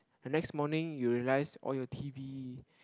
the next morning you realise all your T_V